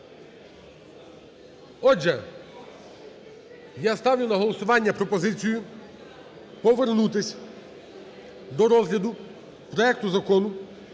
Отже, я ставлю на голосування пропозицію повернутися до розгляду проекту Закону